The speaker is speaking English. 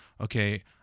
Okay